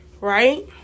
Right